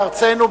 בארצנו,